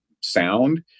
sound